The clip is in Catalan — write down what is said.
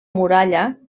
muralla